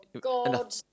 God